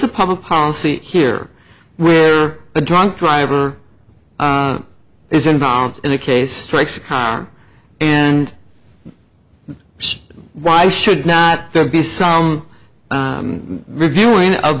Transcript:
the public policy here where a drunk driver is involved in a case strikes a car and why should not there be some reviewing of